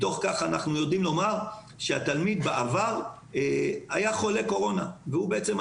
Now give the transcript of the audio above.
מתוך כך אנחנו יודעים לומר שהתלמיד היה חולה קורונה סמוי,